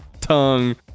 tongue